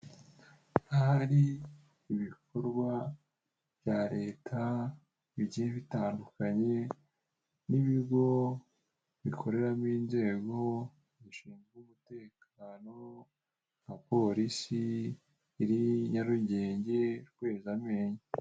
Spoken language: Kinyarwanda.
Ahari ibikorwa bya leta bigiye bitandukanye n'ibigi bikoreramo inzego zishinzwe umutekano nka polisi iri Nyarugenge Rwezamenyo.